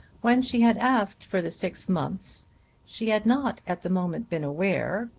when she had asked for the six months she had not at the moment been aware,